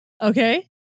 Okay